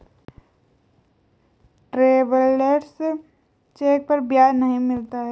travellers cheque पर ब्याज नहीं मिलता है